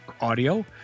audio